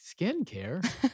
skincare